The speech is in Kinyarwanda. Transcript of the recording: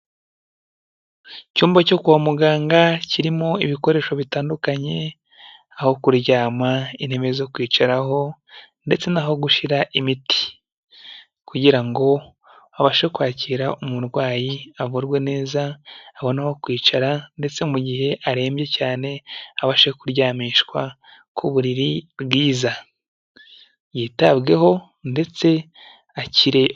Icyumba cyo kwa muganga kirimo ibikoresho bitandukanye, aho kuryama, intebe zo kwicaraho ndetse naho gushyira imiti, kugira ngo abashe kwakira, umurwayi abuvurwe neza aboneho kwicara ndetse mu gihe arembye cyane abashe kuryamishwa ku buriri bwiza, yitabweho ndetse akiri.